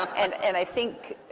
and and i think,